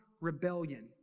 rebellion